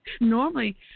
normally